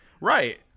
Right